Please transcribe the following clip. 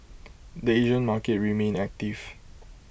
the Asian market remained active